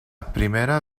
primera